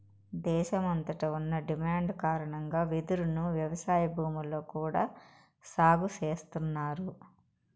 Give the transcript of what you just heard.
దేశమంతట ఉన్న డిమాండ్ కారణంగా వెదురును వ్యవసాయ భూముల్లో కూడా సాగు చేస్తన్నారు